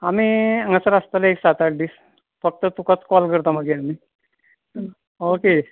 आमी हांगासर आसतले एक सात आठ दीस फक्त तुकाच कोल करता मागीर आमी ओके